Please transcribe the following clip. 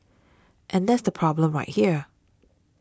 and that's the problem right there